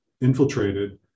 infiltrated